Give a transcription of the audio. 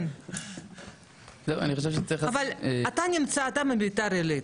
אתה מביתר עילית,